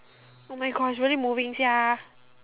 oh my gosh really moving sia